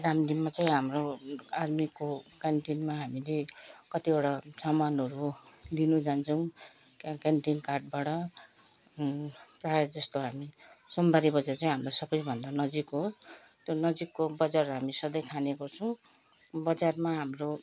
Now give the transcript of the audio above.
डामडिममा चाहिँ हाम्रो आर्मीको क्यान्टिनमा हामीले कतिवटा समानहरू लिनु जान्छौँ क्या क्यान्टिन कार्डबाट प्रायः जस्तो हामी सोमबारे बजार चाहिँ हाम्रो सबैभन्दा नजिक हो त्यो नजिकको बजार हामी सधैँ खाने गर्छौँ बजारमा हाम्रो